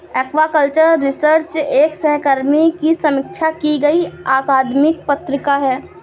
aquaculture research एक सहकर्मी की समीक्षा की गई अकादमिक पत्रिका है